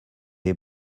est